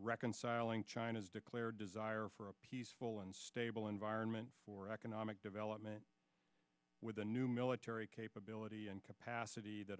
reconciling china's declared desire for a peaceful and stable environment for economic development with a new military capability and capacity that